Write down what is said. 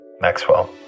Maxwell